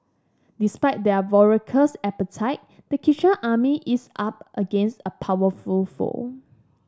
despite their voracious appetite the chicken army is up against a powerful foe